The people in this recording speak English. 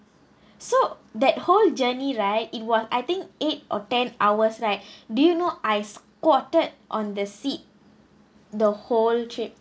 so that whole journey right it was I think eight or ten hours right do you know I squatted on the seat the whole trip